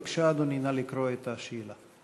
בבקשה, אדוני, נא לקרוא את השאלה.